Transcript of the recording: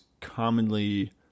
commonly